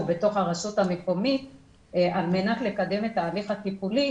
בתוך הרשות המקומית על מנת לקדם את ההליך הטיפולי,